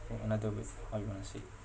or another way how you want to say